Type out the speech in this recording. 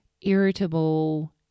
irritable